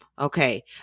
okay